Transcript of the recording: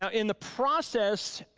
ah in the process